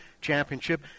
Championship